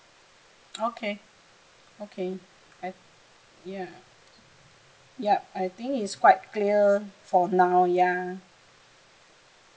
okay okay I yeah yup I think it's quite clear for now yeah